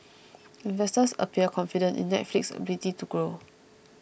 investors appear confident in Netflix's ability to grow